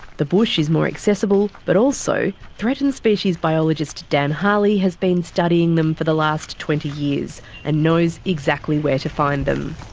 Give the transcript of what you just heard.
the bush is more accessible, but also threatened species biologist dan harley has been studying them for the last twenty years and knows exactly where to find them.